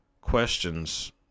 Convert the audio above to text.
questions